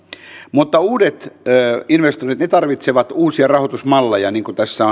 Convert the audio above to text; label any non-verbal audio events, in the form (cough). mutta uudet investoinnit tarvitsevat uusia rahoitusmalleja niin kuin tässä (unintelligible)